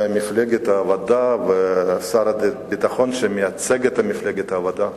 ממפלגת העבודה ומשר הביטחון שמייצג את מפלגת העבודה,